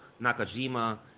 Nakajima